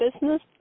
business